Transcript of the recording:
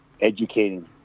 educating